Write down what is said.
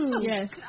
Yes